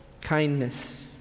kindness